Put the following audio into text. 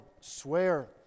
swear